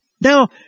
Now